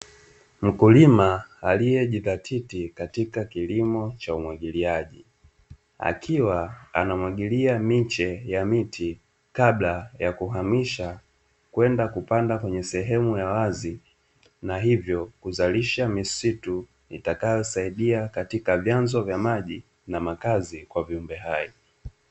Mkulima aliyejidhatiti katika kilimo cha umwagiliaji, akiwa anamwagilia miche ya miti kabla ya kuhamisha kwenda kupanda kwenye sehemu ya wazi, na hivyo kuzalisha misitu, itakayosaidia katika vyanzo vya maji na makazi kwa viumbe hai.